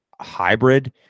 hybrid